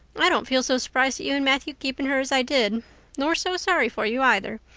i don't feel so surprised at you and matthew keeping her as i did nor so sorry for you, either.